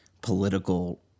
political